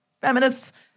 feminists